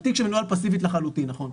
על תיק שמנוהל פסיבית לחלוטין, נכון.